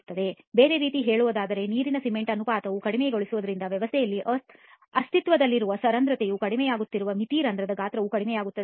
ಬೇರೆ ರೀತಿಯಲ್ಲಿ ಹೇಳುವುದಾದರೆ ನೀರಿನ ಸಿಮೆಂಟ್ ಅನುಪಾತವನ್ನು ಕಡಿಮೆಗೊಳಿಸುವುದರಿಂದ ವ್ಯವಸ್ಥೆಯಲ್ಲಿ ಅಸ್ತಿತ್ವದಲ್ಲಿರುವ ಸರಂಧ್ರತೆಯು ಕಡಿಮೆಯಾಗುತ್ತಿರುವಾಗ ಮಿತಿ ರಂಧ್ರದ ಗಾತ್ರವೂ ಕಡಿಮೆಯಾಗುತ್ತದೆ